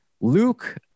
luke